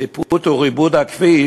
זיפות וריבוד הכביש,